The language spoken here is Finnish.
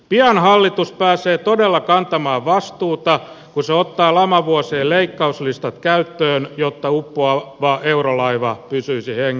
pian hallitus pääsee todella kantamaan vastuuta kun se ottaa lamavuosien leikkauslistat käyttöön jotta uppoava eurolaiva pysyisi hengissä